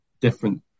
different